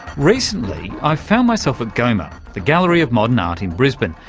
recently i found myself at goma, the gallery of modern art in brisbane,